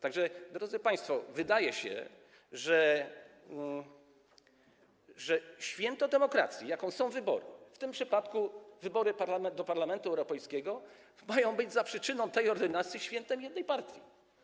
Tak że, drodzy państwo, wydaje się, że święto demokracji, jakim są wybory, w tym przypadku wybory do Parlamentu Europejskiego, ma być za przyczyną tej ordynacji świętem jednej partii.